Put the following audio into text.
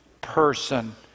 person